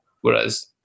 whereas